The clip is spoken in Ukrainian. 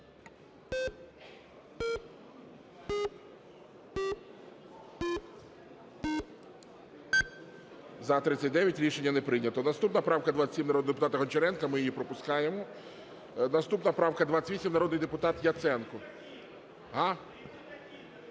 За-39 Рішення не прийнято. Наступна правка 27, народного депутата Гончаренка. Ми її пропускаємо. Наступна правка 28, народний депутат Яценко.